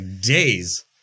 days